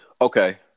Okay